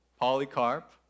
Polycarp